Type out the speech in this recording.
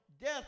death